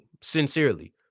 sincerely